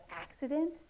accident